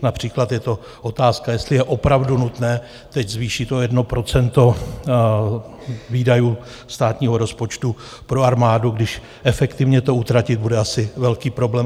Například je to otázka, jestli je opravdu nutné teď zvýšit to 1 % výdajů státního rozpočtu pro armádu, když efektivně to utratit bude asi velký problém.